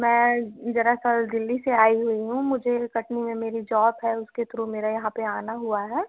मैं ज़रा कल दिल्ली से आई हुई हूँ मुझे कटनी में मेरी जॉब है उसके थ्रू मेरा यहाँ पर आना हुआ है